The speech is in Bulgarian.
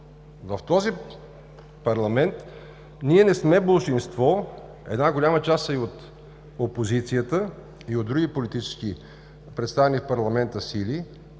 В този парламент ние не сме болшинство – една голяма част са и от опозицията, от други политически представени в парламента сили.